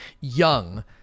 Young